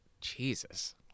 Jesus